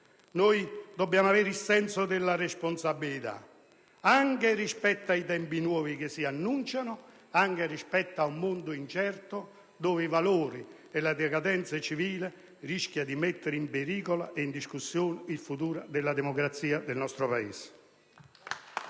Dobbiamo avere il senso della responsabilità, anche rispetto ai tempi nuovi che si annunciano e anche rispetto a un mondo incerto, dove i valori e la decadenza civile rischiano di mettere in pericolo e in discussione il futuro della democrazia del nostro Paese.